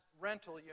rental